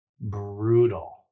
brutal